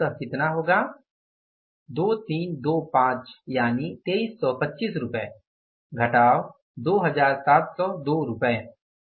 यह अंतत कितना होगा 2325 रुपये -2702 रुपये